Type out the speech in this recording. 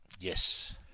Yes